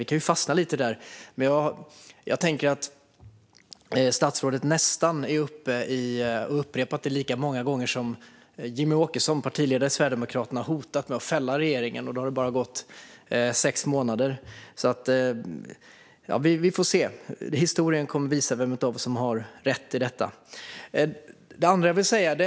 Vi kanske fastnar lite där, men jag tänker att statsrådet har upprepat detta nästan lika många gånger som Sverigedemokraternas partiledare Jimmie Åkesson har hotat med att fälla regeringen - och då har det ändå bara gått sex månader. Vi får se; historien kommer att visa vem av oss som har rätt i detta.